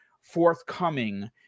forthcoming